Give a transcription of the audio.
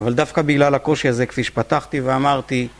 אבל דווקא בגלל הקושי הזה כפי שפתחתי ואמרתי